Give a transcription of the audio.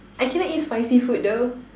I cannot eat spicy food though